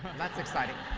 that's exciting.